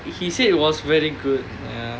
wellington ya he said it was very good ya